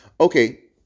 Okay